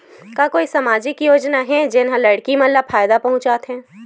का कोई समाजिक योजना हे, जेन हा लड़की मन ला फायदा पहुंचाथे?